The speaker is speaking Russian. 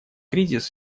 кризис